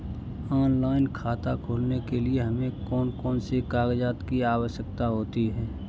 Online खाता खोलने के लिए हमें कौन कौन से कागजात की आवश्यकता होती है?